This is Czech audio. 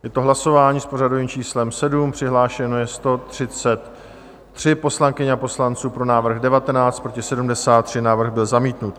Je to hlasování s pořadovým číslem 7, přihlášeno je 133 poslankyň a poslanců, pro návrh 19, proti 73, návrh byl zamítnut.